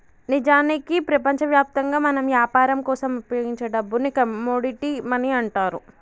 నిజానికి ప్రపంచవ్యాప్తంగా మనం యాపరం కోసం ఉపయోగించే డబ్బుని కమోడిటీ మనీ అంటారు